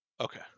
okay